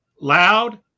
loud